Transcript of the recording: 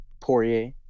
Poirier